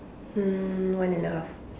um one and a half